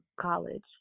college